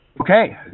Okay